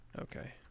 okay